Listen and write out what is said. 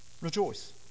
Rejoice